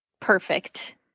perfect